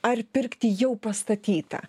ar pirkti jau pastatytą